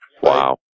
Wow